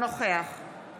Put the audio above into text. נוכח